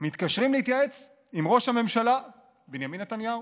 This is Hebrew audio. מתקשרים להתייעץ עם ראש הממשלה בנימין נתניהו.